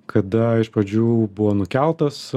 kada iš pradžių buvo nukeltas